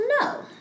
No